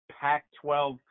Pac-12